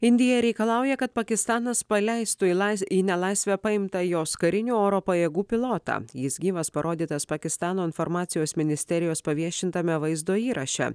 indija reikalauja kad pakistanas paleistų į nelaisvę paimtą jos karinių oro pajėgų pilotą jis gyvas parodytas pakistano informacijos ministerijos paviešintame vaizdo įraše